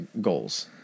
goals